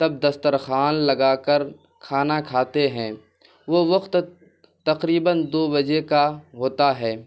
تب دسترخوان لگا کر کھانا کھاتے ہیں وہ وقت تقریباً دو بجے کا ہوتا ہے